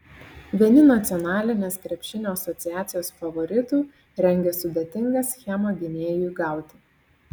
vieni nacionalinės krepšinio asociacijos favoritų rengia sudėtingą schemą gynėjui gauti